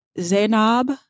zainab